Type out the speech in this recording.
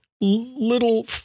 little